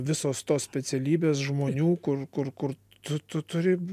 visos tos specialybės žmonių kur kur kur tu tu turi